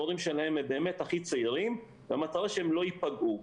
ההורים שלהם באמת הכי צעירים במטרה שהם לא ייפגעו.